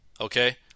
okay